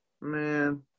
Man